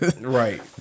right